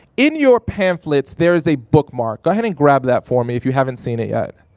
in your pamphlets there is a bookmark. go ahead and grab that for me if you haven't seen it yet.